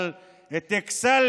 אבל אכסאל,